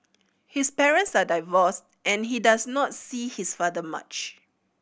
his parents are divorced and he does not see his father much